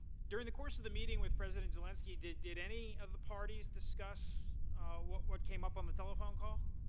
during the course of the meeting with president zelensky, did did any of the parties discuss what what came up on the telephone call?